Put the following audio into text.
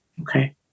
Okay